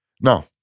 No